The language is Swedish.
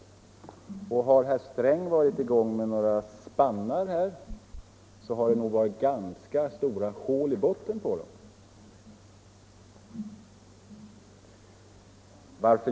Om herr Sträng har varit i gång med några spannar här, så har det nog varit ganska stora hål i botten på dem.